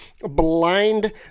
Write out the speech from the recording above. Blind